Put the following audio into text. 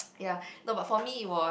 ya no but for me it was